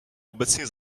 obecně